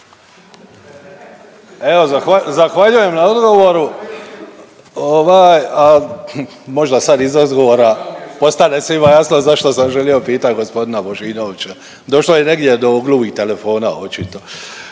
Zahvaljujem na odgovoru. A možda sad iz odgovora postane svima jasno zašto sam želio pitat g. Božinovića, došlo je negdje do gluvih telefona očito.